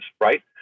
right